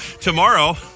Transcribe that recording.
Tomorrow